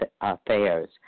affairs